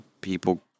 people